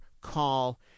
Call